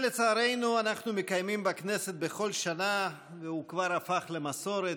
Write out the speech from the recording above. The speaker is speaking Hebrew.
שלצערנו אנחנו מקיימים בכנסת בכל שנה והוא כבר הפך למסורת.